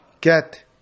get